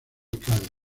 cádiz